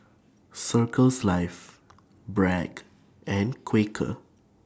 Circles Life Bragg and Quaker